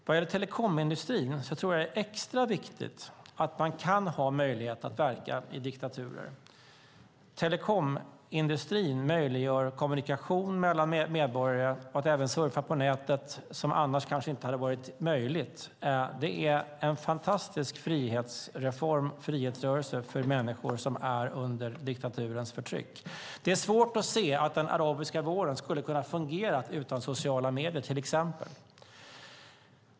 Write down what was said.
Vad gäller telekomindustrin tror jag att det är extra viktigt att man kan ha möjlighet att verka i diktaturer. Telekomindustrin möjliggör kommunikation mellan medborgare och att även surfa på nätet, som annars kanske inte hade varit möjligt. Det är en fantastisk frihetsrörelse för människor som lever under diktaturens förtryck. Det är till exempel svårt att se att den arabiska våren skulle ha kunnat fungera utan sociala medier.